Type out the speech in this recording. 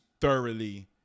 thoroughly